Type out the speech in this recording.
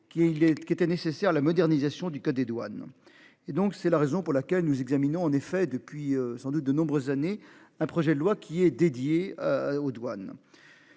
qu'il était nécessaire à la modernisation du code des douanes. Et donc c'est la raison pour laquelle nous examinons en effet depuis sans doute de nombreuses années. Un projet de loi qui est dédié aux douanes.